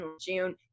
June